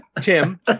tim